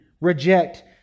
reject